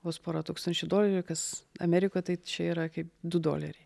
vos porą tūkstančių dolerių kas amerikoj tai čia yra kaip du doleriai